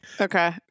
Okay